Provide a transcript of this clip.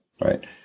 right